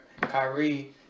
Kyrie